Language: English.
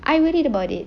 I will read about it